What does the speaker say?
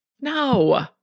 No